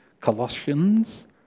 Colossians